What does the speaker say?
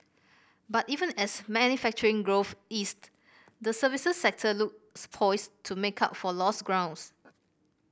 but even as manufacturing growth eased the services sector looks poised to make up for lost grounds